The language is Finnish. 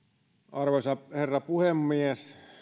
arvoisa herra puhemies